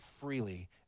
freely